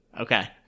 okay